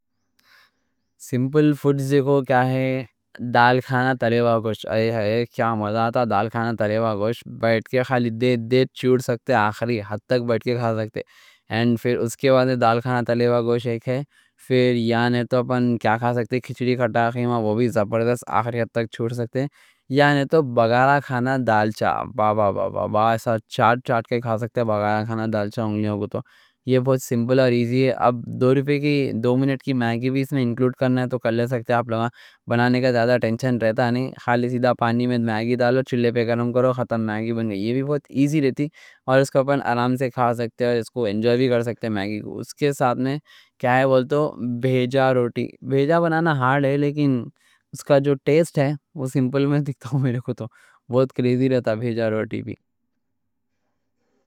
سمپل فوڈز دیکھو کیا ہے؟ دال کھانا، تلیہ گوشت؛ کیا مزہ آتا! دال کھانا، تلیہ گوشت، بیٹھ کے آخری حد تک کھا سکتے۔ اور پھر اس کے بعد دال کھانا، تلیہ گوشت ایک ہے؛ پھر یا نہیں تو ہم کیا کھا سکتے؟ کھچڑی، کھٹا کیمہ؛ وہ بھی زبردست، آخری حد تک کھا سکتے۔ یا نہیں تو بگارہ کھانا، دال بابا بابا ایسا چاٹ چاٹ کے کھا سکتا ہوں، تو یہ بہت سمپل اور ایزی ہے۔ اب دو روپے کی دو منٹ کی میگی بھی اس میں انکلوڈ کرنا ہے تو کر لے سکتے آپ لوگا۔ بنانے کا زیادہ ٹینشن رہتا نہیں؛ خالی سیدھا پانی میں میگی ڈالو، چولے پہ گرم کرو، خطر میگی بن گئی۔ یہ بھی بہت ایزی رہتی اور اس کوں اپن آرام سے کھا سکتے ہو۔ اس کو انجوائے بھی کر سکتے؛ اس کے ساتھ میں کیا ہے بولتو، بھیجا روٹی۔ بھیجا بنانا ہارڈ ہے لیکن اس کا جو ٹیسٹ ہے وہ سمپل میں دیکھتا ہوں؛ میرے کو تو بہت کریزی رہتا، بھیجا روٹی بھی۔